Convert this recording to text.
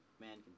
Man